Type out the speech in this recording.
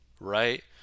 right